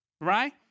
Right